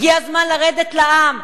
הגיע הזמן לרדת לעם.